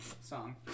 song